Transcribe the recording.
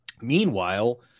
Meanwhile